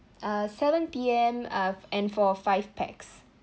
uh seven P_M uh and for five pax